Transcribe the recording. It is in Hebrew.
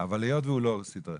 אבל היות והוא לא סדרתי,